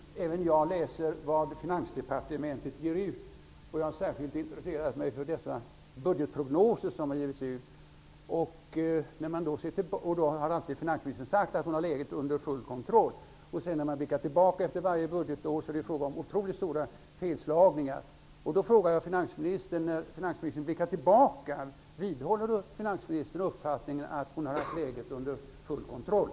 Herr talman! Även jag läser vad Finansdepartementet ger ut. Jag har särskilt intresserat mig för de budgetprognoser som utgivits. Finansministern har alltid sagt att hon har läget under full kontroll. När man efter varje budgetår blickar tillbaka är det fråga om otroligt stora felslag. Jag vill fråga finansministern: När finansministern blickar tillbaka, vidhåller hon då uppfattningen att hon har haft läget under full kontroll?